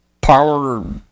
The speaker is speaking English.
power